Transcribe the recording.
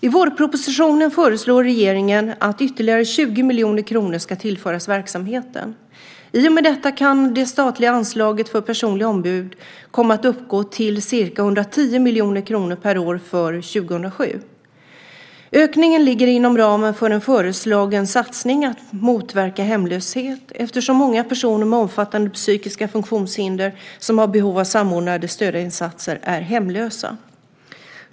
I vårpropositionen föreslår regeringen att ytterligare 20 miljoner kronor ska tillföras verksamheten. I och med detta kan det statliga anslaget för personliga ombud komma att uppgå till ca 110 miljoner kronor per år för 2007. Ökningen ligger inom ramen för en föreslagen satsning på att motverka hemlöshet eftersom många personer med omfattande psykiska funktionshinder, som har behov av samordnade stödinsatser, är hemlösa.